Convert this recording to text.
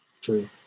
True